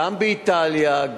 גם באיטליה,